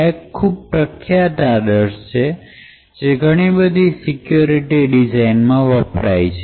આ એક ખૂબ જ પ્રખ્યાત આદર્શ છે કે જે ઘણી બધી સિક્યુરિટી ડિઝાઇન માં વપરાય છે